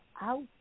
out